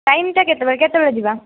ଟାଇମ୍ଟା କେତେବେଳେ କେତେବେଳେ ଯିବା